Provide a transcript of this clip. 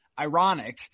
ironic